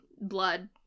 blood